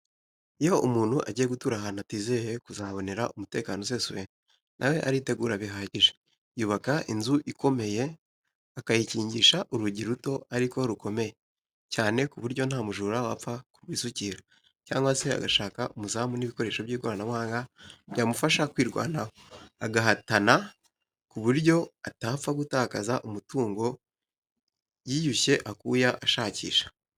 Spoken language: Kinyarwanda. Iyo umuntu agiye gutura ahantu atizeye kuzahabonera umutekano usesuye, na we aritegura bihagije, yubaka inzu ikomeye, akayikingisha urugi ruto ariko rukomeye cyane ku buryo nta mujura wapfa kurwisukira, cyangwa se agashaka umuzamu n'ibikoresho by'ikoranabuhanga byamufasha kwirwanaho, agahatana ku buryo atapfa gutakaza umutungo yiyushye akuya ashakisha.